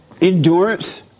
endurance